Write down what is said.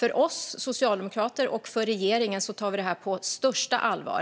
Vi socialdemokrater och regeringen tar detta på största allvar.